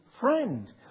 friend